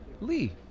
Lee